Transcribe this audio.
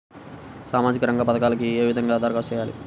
సామాజిక రంగ పథకాలకీ ఏ విధంగా ధరఖాస్తు చేయాలి?